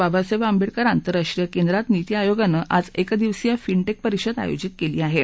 बाबासाहह्यआंबहुकर आंतरराष्ट्रीय केंद्रात निती आयोगानं आज एक दिवसीय फिन टक्कपरिषद आयोजित कली आहा